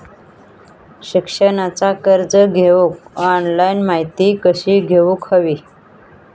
शिक्षणाचा कर्ज घेऊक ऑनलाइन माहिती कशी घेऊक हवी?